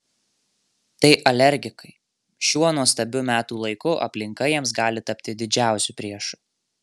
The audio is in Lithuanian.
tai alergikai šiuo nuostabiu metų laiku aplinka jiems gali tapti didžiausiu priešu